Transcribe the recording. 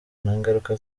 n’ingaruka